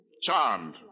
Charmed